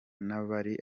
n’abari